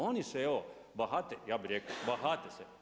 Oni se evo bahate ja bih rekao, bahate se.